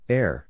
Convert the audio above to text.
Air